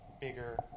bigger